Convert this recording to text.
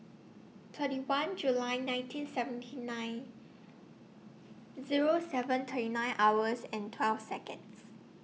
thirty one July nineteen seventy nine Zero seven twenty nine hours and twelve Seconds